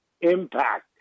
impact